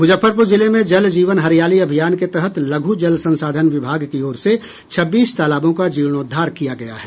मुजफ्फरपुर जिले में जल जीवन हरियाली अभियान के तहत लघु जल संसाधन विभाग की ओर से छब्बीस तालाबों का जीर्णोद्धार किया गया है